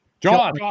John